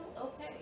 okay